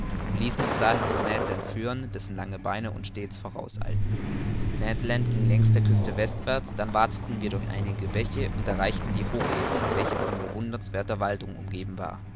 ließen uns daher von ned land führen dessen lange beine uns stets vorauseilten ned land ging längs der küste westwärts dann wateten wir durch einige bäche und erreichten die hochebene welche von bewundernswerther waldung umgeben war